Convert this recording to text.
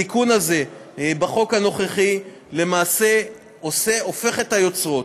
התיקון הזה בחוק הנוכחי למעשה הופך את היוצרות: